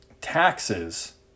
taxes